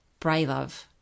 Braylove